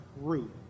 root